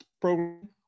program